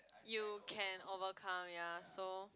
you can overcome ya so